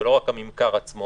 זה לא רק הממכר עצמו,